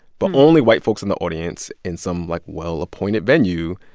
but only white folks in the audience in some, like, well-appointed venue.